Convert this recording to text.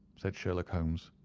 said sherlock holmes.